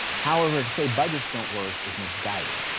however to say budgets don't work is misguided,